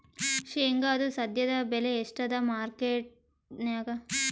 ಶೇಂಗಾದು ಸದ್ಯದಬೆಲೆ ಎಷ್ಟಾದಾ ಮಾರಕೆಟನ್ಯಾಗ?